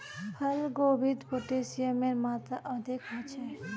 फूल गोभीत पोटेशियमेर मात्रा अधिक ह छे